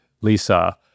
Lisa